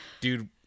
dude